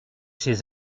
ces